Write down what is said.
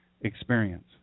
experience